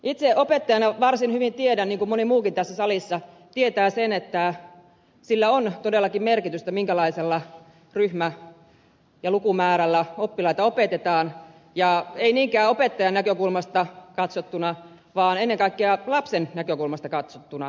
itse opettajana varsin hyvin tiedän niin kuin moni muukin tässä salissa tietää että sillä on todellakin merkitystä minkälaisella ryhmä ja lukumäärällä oppilaita opetetaan ja ei niinkään opettajan näkökulmasta katsottuna vaan ennen kaikkea lapsen näkökulmasta katsottuna